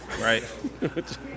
Right